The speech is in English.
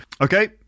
Okay